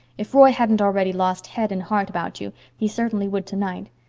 if roy hadn't already lost head and heart about you he certainly would tonight.